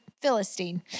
Philistine